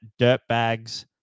dirtbags